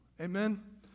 Amen